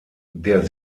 der